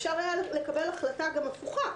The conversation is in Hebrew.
אפשר היה לקבל גם החלטה הפוכה.